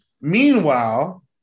Meanwhile